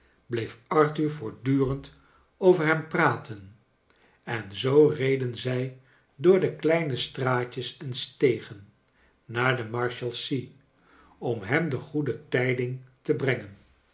bleef arthur voortdurend over hem praten en zoo reden zij door de kleine straatjes en s tegen naar de marshalsea om hem de goede tijding te brengen